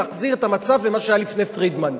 נחזיר את המצב למה שהיה לפני פרידמן.